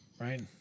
Right